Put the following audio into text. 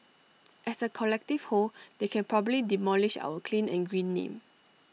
as A collective whole they can probably demolish our clean and green name